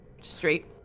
straight